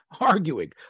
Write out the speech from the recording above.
arguing